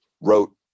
wrote